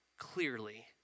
clearly